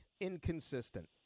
inconsistent